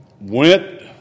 went